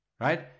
right